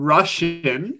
Russian